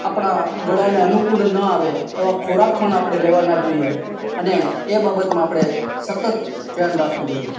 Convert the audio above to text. આપણા ગળાને અનુકૂળ ન આવે એવા ખોરાક પણ આપણે લેવા ન જોઈએ અને એ બાબતમાં આપણે સતત ધ્યાન રાખવું જોઈએ